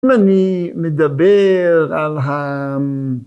אם אני מדבר על ה...